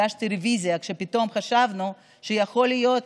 הגשתי רוויזיה כשפתאום חשבנו שיכול להיות,